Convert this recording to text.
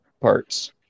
parts